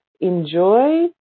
enjoy